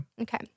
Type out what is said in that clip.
Okay